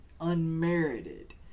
unmerited